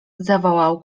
zawołał